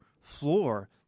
floor